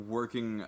working